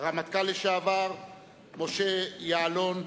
הרמטכ"ל לשעבר משה יעלון,